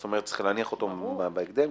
אלא גם על מי שחוק המאבק בטרור לא חל עליו.